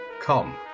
come